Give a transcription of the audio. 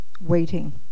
waiting